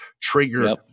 trigger